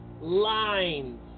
Lines